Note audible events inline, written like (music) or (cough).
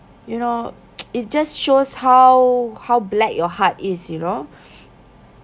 you know (noise) it just shows how how black your heart is you know